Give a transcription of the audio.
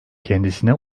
kendisine